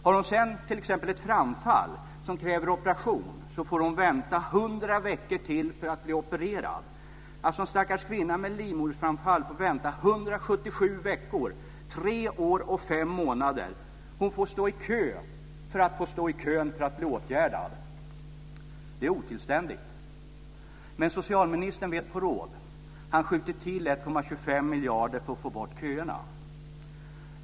Har hon t.ex. ett framfall, som kräver operation, får hon vänta 100 veckor till för att bli opererad. En stackars kvinna med livmoderframfall får alltså vänta 177 veckor - tre år och fem månader. Hon får stå i kö för att få stå i kön för att bli åtgärdad! Det är otillständigt. Men socialministern vet på råd. Han skjuter till 1,25 miljarder för att få bort köerna.